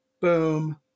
boom